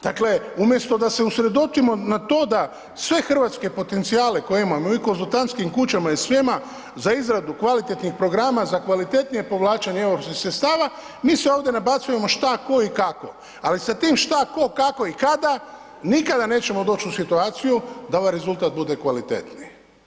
Dakle umjesto da se usredotočimo na to da sve hrvatske potencijale koje imamo i u konzultantskim kućama i svima za izradu kvalitetnih programa za kvalitetnije povlačenje europskih sredstava, mi se ovdje nabacujemo što, tko i kako ali sa tim šta, tko i kako i kada, nikada nećemo doći u situaciju da ovaj rezultata bude kvalitetniji.